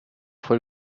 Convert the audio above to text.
fue